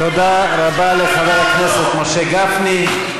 תודה רבה לחבר הכנסת משה גפני.